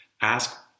Ask